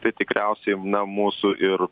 tai tikriausiai na mūsų ir